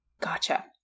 Gotcha